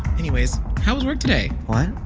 anyways, how was work today? what?